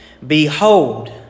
Behold